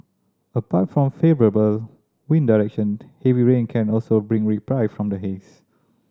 apart from favourable wind direction heavy rain can also bring reprieve from the haze